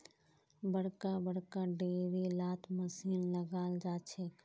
बड़का बड़का डेयरी लात मशीन लगाल जाछेक